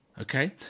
Okay